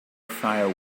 fire